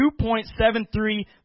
2.73